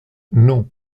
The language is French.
non